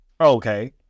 okay